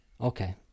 Okay